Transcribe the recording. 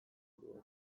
buruari